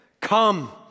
come